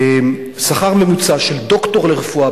שכר ממוצע של דוקטור לרפואה,